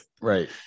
right